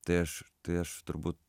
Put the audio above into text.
tai aš tai aš turbūt